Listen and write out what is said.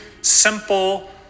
simple